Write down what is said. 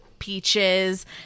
Peaches